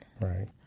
Right